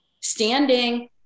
standing